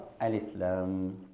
Al-Islam